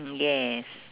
mm yes